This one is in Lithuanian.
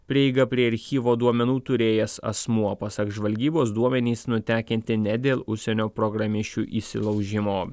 prieigą prie archyvo duomenų turėjęs asmuo pasak žvalgybos duomenys nutekinti ne dėl užsienio programišių įsilaužimo